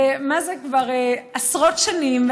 עשרות שנים,